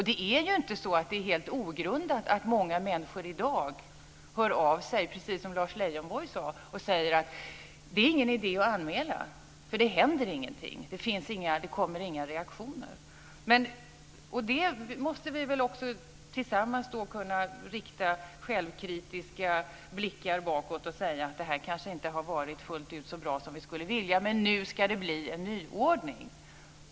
Det är inte helt ogrundat att många människor i dag hör av sig, precis som Lars Leijonborg sade, och säger att det inte är någon idé att anmäla därför att det inte händer någonting. Det kommer inga reaktioner. Vi måste också tillsammans kunna rikta självkritiska blickar bakåt och säga att det kanske inte har varit fullt ut så bra som vi skulle vilja, men nu ska det bli en nyordning.